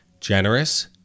generous